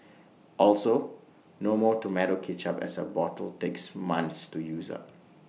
also no more Tomato Ketchup as A bottle takes months to use up